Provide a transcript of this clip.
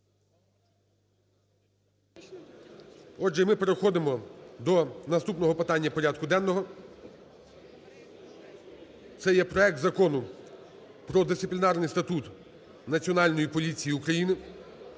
Отже, ми переходимо до наступного питання порядку денного. Це є проект Закону про Дисциплінарний статут Національної поліції України